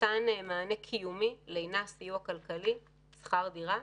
מתן מענה קיומי, סיוע כלכלי כמו שכר דירה.